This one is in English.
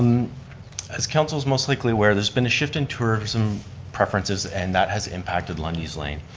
as council's most likely aware, there's been a shift in tourism preferences and that has impacted lundy's lane.